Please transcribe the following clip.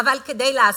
אבל אני רוצה להבהיר.